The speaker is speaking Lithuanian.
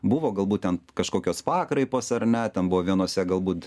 buvo galbūt ten kažkokios pakraipos ar ne ten buvo vienose galbūt